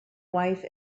wife